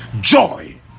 Joy